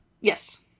yes